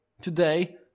Today